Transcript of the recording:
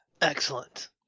Excellent